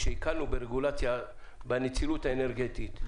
כשהקלנו ברגולציה בנצילות האנרגטית,